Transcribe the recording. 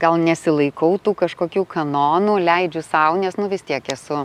gal nesilaikau tų kažkokių kanonų leidžiu sau nes nu vis tiek esu